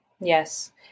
Yes